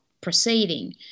proceeding